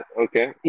Okay